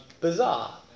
bizarre